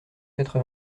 quatre